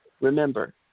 Remember